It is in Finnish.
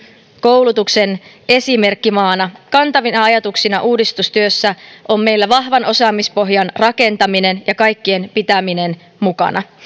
koulutuksen esimerkkimaana kantavina ajatuksina uudistustyössä on meillä vahvan osaamispohjan rakentaminen ja kaikkien pitäminen mukana